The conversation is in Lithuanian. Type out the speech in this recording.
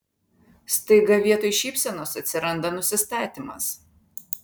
staiga vietoj šypsenos atsiranda nusistatymas